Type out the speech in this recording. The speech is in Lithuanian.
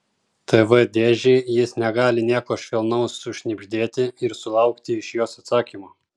tv dėžei jis negali nieko švelnaus sušnibždėti ir sulaukti iš jos atsakymo